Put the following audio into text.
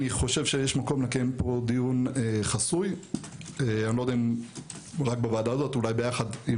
יש מקום לקיים דיון חסוי אולי יחד עם